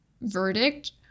verdict